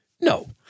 No